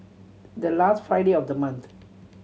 the last Friday of the month